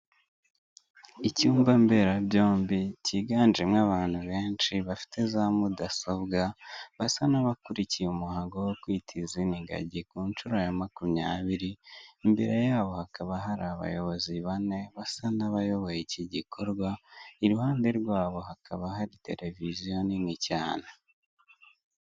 Icyumba mbera byombi kiganjemo abantu benshi bafite za mudasobwa, basa n'abakurikiye umuhango wo kwita izina ingagi ku nshuro ya makumyabiri, imbere yabo hakaba hari abayobozi bane basa n'abayoboye iki gikorwa, iruhande rwabo hakaba hari televiziyo nini cyane.